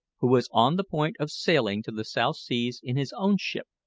who was on the point of sailing to the south seas in his own ship,